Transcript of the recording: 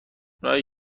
اونایی